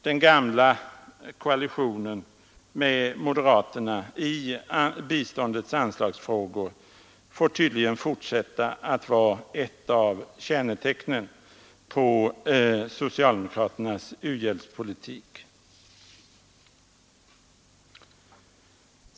Den gamla koalitionen med moderaterna i biståndets anslagsfrågor får tydligen fortsätta att vara ett av kännetecknen på socialdemokratisk u-hjälpspolitik.